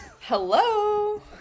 Hello